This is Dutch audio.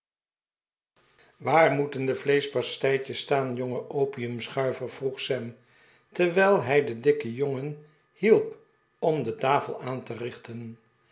waar moeten de vleeschpasteitjes staan jonge opiumschuiver vroeg sam terwijl hij den dikken jongen hielp om de tafel aan te richten